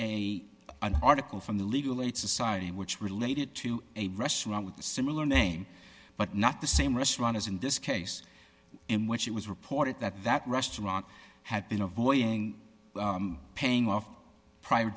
a an article from the legal aid society which related to a restaurant with a similar name but not the same restaurant as in this case in which it was reported that that restaurant had been avoiding paying off private